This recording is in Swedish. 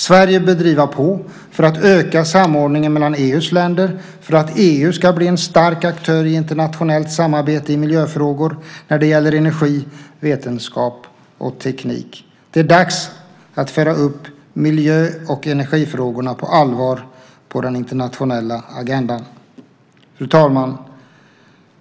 Sverige bör driva på för att öka samordningen mellan EU:s länder så att EU kan bli en stark aktör i internationellt samarbete i miljöfrågor när det gäller energi, vetenskap och teknik. Det är dags att föra upp miljö och energifrågorna på allvar på den internationella agendan. Fru talman!